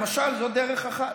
למשל, זו דרך אחת.